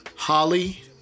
Holly